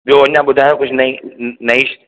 ॿियों अञा ॿुधायो कुझु नई नई